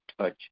touch